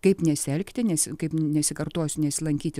kaip nesielgti nes kaip nesikartosiu nesilankyti